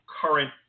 current